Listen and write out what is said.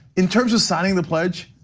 in terms of signing the pledge,